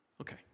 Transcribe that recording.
Okay